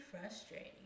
frustrating